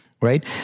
right